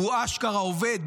הוא אשכרה עובד,